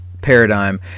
paradigm